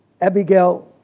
Abigail